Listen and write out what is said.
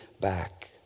back